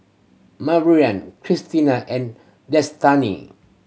Maryann Christina and Destany